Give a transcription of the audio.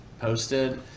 posted